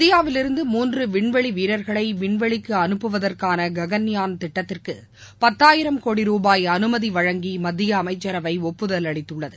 இந்தியாவிலிருந்து மூன்று விண்வெளி வீரர்களை விண்வெளிக்கு அனுப்புவதற்கான ககன்யான் திட்டத்திற்கு பத்தாயிரம் கோடி ரூபாய் அனுமதி வழங்கி மத்திய அமைச்ரவை ஒப்புதல் அளித்துள்ளது